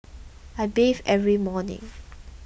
I bathe every morning